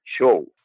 show